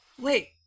wait